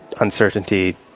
uncertainty